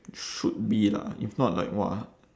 should be lah if not like !wah!